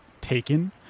Taken